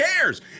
cares